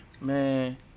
man